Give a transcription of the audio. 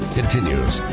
continues